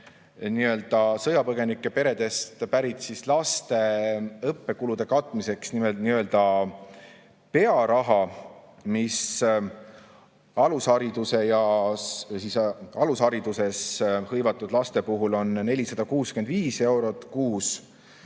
kehtestanud sõjapõgenike peredest pärit laste õppekulude katmiseks nii-öelda pearaha, mis alushariduses hõivatud laste puhul on 465 eurot kuus,